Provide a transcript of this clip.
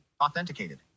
Authenticated